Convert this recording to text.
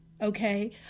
Okay